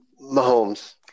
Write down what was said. Mahomes